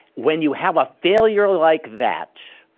when you have a failure like that,